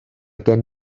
gen